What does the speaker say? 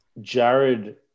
Jared